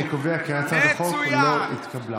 אני קובע כי הצעת החוק לא התקבלה.